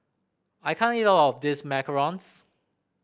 I can't eat all of this macarons